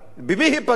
במי היא פגעה?